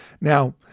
Now